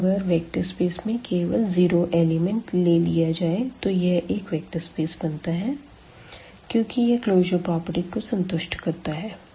तो अगर vector space से केवल 0एलिमेंट ले लिया जाये तो यह एक वेक्टर स्पेस बनता है क्यूंकि यह क्लोज़र प्रॉपर्टी को संतुष्ट करता है